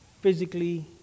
physically